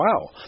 Wow